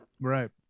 Right